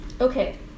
Okay